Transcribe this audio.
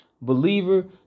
believer